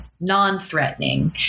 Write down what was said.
non-threatening